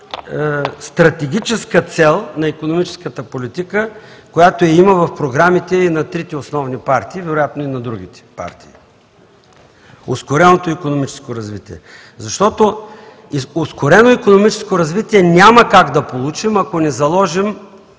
стратегическа цел на икономическата политика, която я има в програмите и на трите основни партии, а вероятно и на другите партии – ускореното икономическо развитие? Защото ускорено икономическо развитие няма как да получим, ако не заложим